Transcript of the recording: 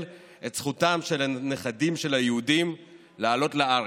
את זכותם של נכדים של היהודים לעלות לארץ.